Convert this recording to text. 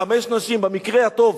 חמש נשים במקרה הטוב.